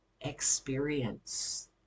experience